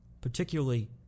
particularly